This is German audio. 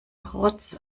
rotz